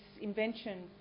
invention